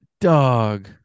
Dog